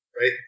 right